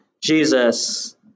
Jesus